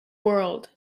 world